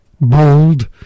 Bold